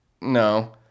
No